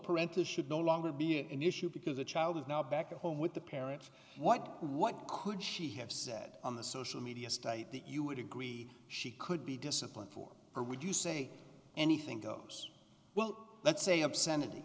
parental should no longer be an issue because the child is now back at home with the parents what what could she have said on the social media state the you would agree she could be disciplined for her would you say anything goes well that's a obscenity